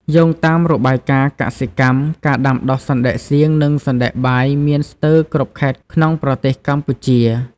យោងតាមរបាយការណ៍កសិកម្ម ការដាំដុះសណ្ដែកសៀង និងសណ្ដែកបាយមានស្ទើរគ្រប់ខេត្តក្នុងប្រទេសកម្ពុជា។